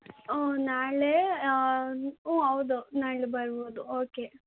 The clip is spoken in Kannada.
ಊಂ ನಾಳೆ ಊಂ ಹೌದು ನಾಳೆ ಬರ್ಬೋದು ಓಕೆ